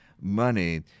money